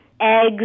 Eggs